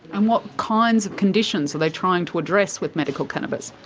and what kinds of conditions are they trying to address with medical cannabis?